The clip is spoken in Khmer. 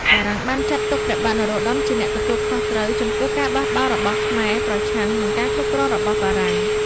បារាំងបានចាត់ទុកព្រះបាទនរោត្តមជាអ្នកទទួលខុសត្រូវចំពោះការបះបោររបស់ខ្មែរប្រឆាំងនឹងការគ្រប់គ្រងរបស់បារាំង។